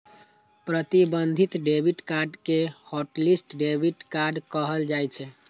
प्रतिबंधित debit card कें hotlist debit card कहल जाइ छै